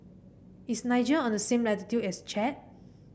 is Niger on the same latitude as Chad